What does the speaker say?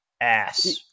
ass